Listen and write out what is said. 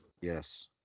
Yes